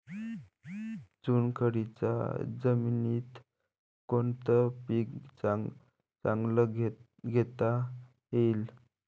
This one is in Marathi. चुनखडीच्या जमीनीत कोनतं पीक चांगलं घेता येईन?